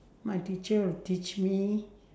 my teacher will teach me